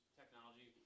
technology